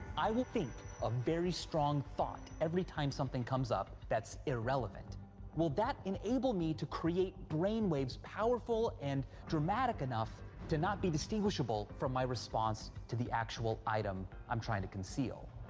i will think a very strong thought every time something comes up that's irrelevant will that enable me to create brain waves powerful and dramatic enough to not be distinguishable from my response to the actual item i'm trying to conceal?